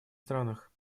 странах